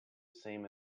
same